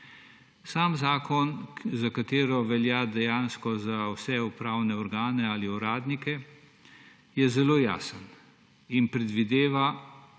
Sam zakon, ki velja dejansko za vse upravne organe ali uradnike, je zelo jasen in predvideva